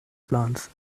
plans